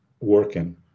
working